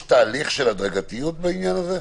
יש תהליך של הדרגתיות בעניין הזה?